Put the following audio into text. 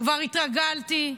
כבר התרגלתי.